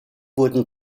wurden